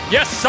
Yes